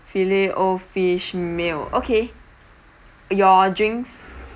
filet-o-fish meal okay your drinks